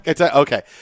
Okay